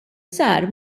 sar